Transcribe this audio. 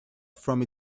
from